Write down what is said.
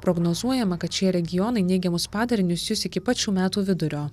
prognozuojama kad šie regionai neigiamus padarinius jus iki pat šių metų vidurio